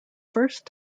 first